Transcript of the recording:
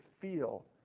feel